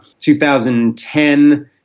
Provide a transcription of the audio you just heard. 2010